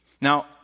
Now